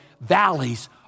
valleys